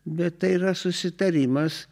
bet tai yra susitarimas